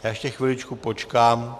Ještě chviličku počkám...